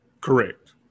Correct